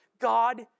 God